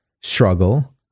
struggle